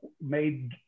made